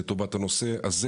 לטובת הנושא הזה,